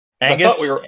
Angus